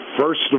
first